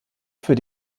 für